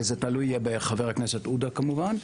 זה תלוי בחבר הכנסת עודה כמובן,